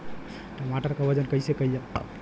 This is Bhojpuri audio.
टमाटर क वजन कईसे कईल जाला?